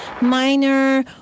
minor